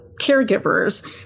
caregivers